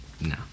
No